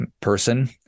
person